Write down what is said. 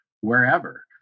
wherever